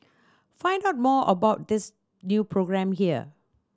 find out more about this new programme here